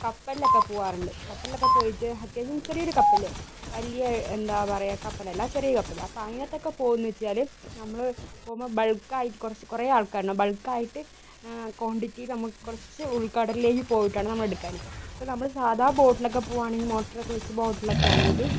കപ്പൽ ഒക്കെ പോകാറുണ്ട് കപ്പൽ ഒക്കെ പോയിട്ട് അത്യാവശ്യം ചെറിയൊരു കപ്പല് വലിയ എന്താ പറയുക കപ്പലല്ല ചെറിയൊരു കപ്പല് അപ്പം അങ്ങനത്തെ ഒക്കെ പോകുന്നതെന്നുവെച്ചാല് നമ്മള് പോകുമ്പോൾ ബൾക്ക് ആയിട്ട് കുറച്ച് കുറെ ആൾക്കാരുണ്ടാവും ബൾക്ക് ആയിട്ട് ക്വാണ്ടിറ്റി നമുക്ക് കുറച്ച് ഉൾക്കടലിലേക്കു പോയിട്ടാണ് നമ്മൾ എടുക്കാറ് ഇപ്പം നമ്മള് സാധാ ബോട്ടിൽ ഒക്കെ പോകുവാണെങ്കിൽ മോട്ടർ ഒക്കെ വെച്ചാൽ ബോട്ടിലൊക്കെ ആണെങ്കില്